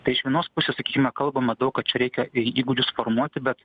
tai iš vienos pusės sakykime kalbama daug kad čia reikia i įgūdžius formuoti bet